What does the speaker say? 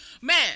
Man